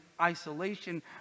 isolation